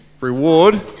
reward